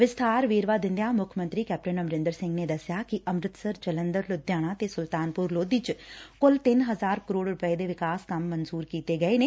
ਵਿਸਬਾਰ ਵੇਰਵਾ ਦਿੰਦਿਆਂ ਮੁੱਖ ਮੰਤਰੀ ਨੇ ਦਸਿਆ ਕਿ ਅੰਮ੍ਰਿਤਸਰ ਜਲੰਧਰ ਲੁਧਿਆਣਾ ਤੇ ਸੁਲਤਾਨਪੁਰ ਲੋਧੀ ਚ ਕੁਲ ਤਿੰਨ ਹਜ਼ਾਰ ਕਰੋੜ ਰੁਪਏ ਦੇ ਵਿਕਾਸ ਕੰਮ ਮਨਜੁਰ ਕੀਤੇ ਗਏ ਨੇ